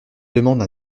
demande